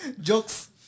Jokes